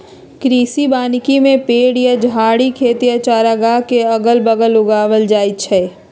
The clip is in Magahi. कृषि वानिकी में पेड़ या झाड़ी खेत या चारागाह के अगल बगल उगाएल जाई छई